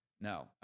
No